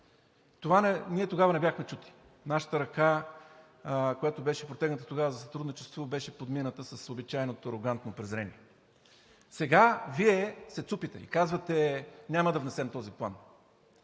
Ние тогава не бяхме чути, нашата ръка, която беше протегната тогава за сътрудничество, беше подмината с обичайното арогантно презрение. Сега Вие се цупите и казвате: няма да внесем този план.